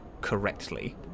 correctly